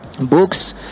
books